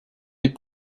des